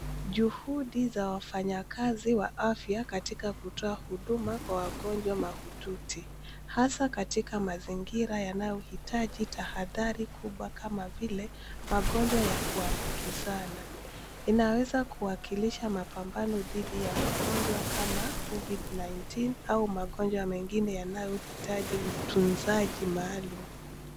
Juhudi za wafanyakazi wa afya katika kutoa huduma kwa wagonjwa mahututi hasa katika mazingira yanayohitaji tahadhari kubwa kama vile magonjwa ya kuambukizana inaweza kuwakilisha mapambano dhidi ya magonjwa kama covid 19 au magonjwa mengine yanayohitaji utunzaji maalum.